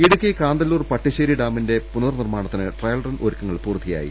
ഇടുക്കി കാന്തല്ലൂർ പട്ടിശ്ശേരി ഡാമിന്റെ പുനർ നിർമ്മാണത്തിന് ട്രയൽറൺ ഒരുക്ക്ങ്ങൾ പൂർത്തിയാ യി